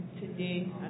Today